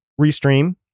Restream